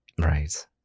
Right